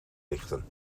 richten